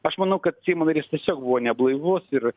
aš manau kad seimo narys tiesiog buvo neblaivus ir